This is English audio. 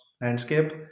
landscape